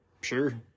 Sure